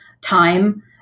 time